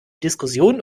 diskussion